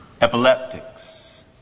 epileptics